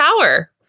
power